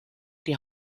die